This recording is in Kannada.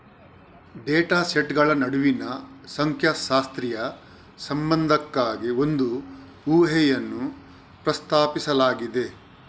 ಡೇಟಾ ಸೆಟ್ಗಳ ನಡುವಿನ ಸಂಖ್ಯಾಶಾಸ್ತ್ರೀಯ ಸಂಬಂಧಕ್ಕಾಗಿ ಒಂದು ಊಹೆಯನ್ನು ಪ್ರಸ್ತಾಪಿಸಲಾಗಿದೆ